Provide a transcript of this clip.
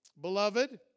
Beloved